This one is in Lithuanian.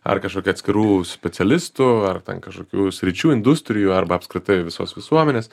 ar kažkokia atskirų specialistų ar ten kažkokių sričių industrijų arba apskritai ir visos visuomenės